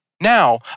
Now